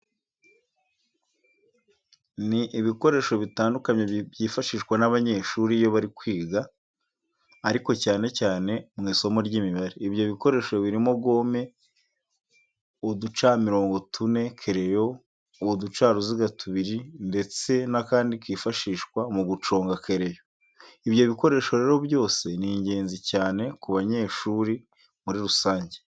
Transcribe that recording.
Ni ibikoresho bitandukanye byifashishwa n'abanyeshuri iyo bari kwiga ariko cyane cyane mu isimo ry'Imibare. Ibyo bikoresho birimo gome, uducamirongo tune, kereyo, uducaruziga tubiri ndetse n'akandi kifashishwa mu guconga kereyo. Ibyo bikoresho rero byose ni ingenzi cyane ku banyeshuri muri rusange.